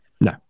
No